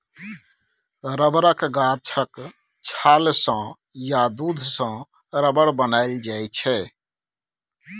रबरक गाछक छाल सँ या दुध सँ रबर बनाएल जाइ छै